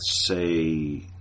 say